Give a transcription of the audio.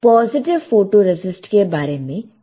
positive photoresist के बारे में चिंता ना करें